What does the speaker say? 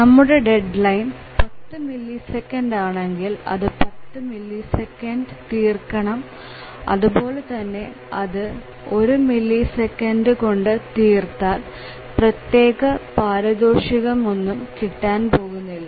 നമ്മുടെ deadline 100 millisecond ആണെങ്കിൽ അത് 100 മില്ലി സെക്കൻഡ് തീർക്കണം അതുപോലെ തന്നെ അത് 1 മില്ലി സെക്കൻഡ് കൊണ്ട് തീർത്താൽ പ്രത്യേക പാരിതോഷികം ഒന്നും കിട്ടാൻ പോകുന്നില്ല